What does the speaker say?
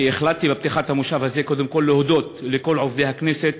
והחלטתי בפתיחת המושב הזה קודם כול להודות לכל עובדי הכנסת,